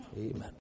Amen